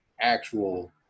actual